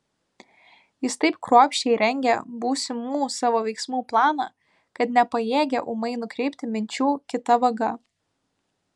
jis taip kruopščiai rengė būsimų savo veiksmų planą kad nepajėgė ūmai nukreipti minčių kita vaga